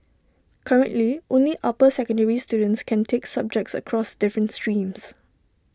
currently only upper secondary students can take subjects across different streams